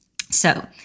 So-